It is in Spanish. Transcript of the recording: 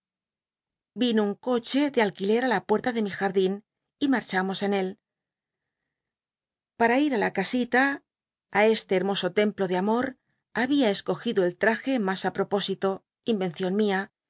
vino un coche de alquiler á la puerta de mi jardín y marchamos en él para ir á la casita este dby google hnpsq tevpj de ainor jbabia escogido el irage mas aproposito inyéncion mía